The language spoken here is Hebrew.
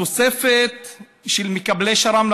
התוספת של מקבלי שר"ם,